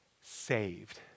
saved